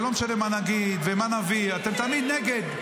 זה לא משנה מה נגיד ומה נביא, אתם תמיד נגד.